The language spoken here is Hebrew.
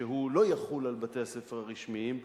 שהוא לא יחול על בתי-הספר הרשמיים,